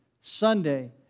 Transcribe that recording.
Sunday